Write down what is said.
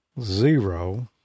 zero